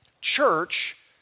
Church